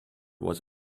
was